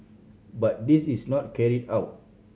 but this is not carried out